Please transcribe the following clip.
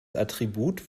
attribut